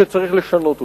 שצריך לשנות אותה.